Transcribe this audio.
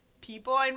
people